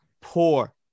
poor